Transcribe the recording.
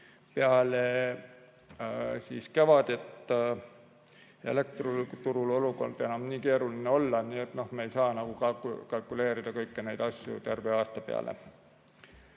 peale kevadet elektriturul olukord enam nii keeruline olla, nii et me ei saa enam kalkuleerida kõiki neid asju terve aasta peale.